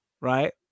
right